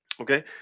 okay